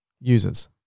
Users